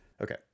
Okay